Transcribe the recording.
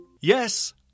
Yes